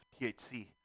THC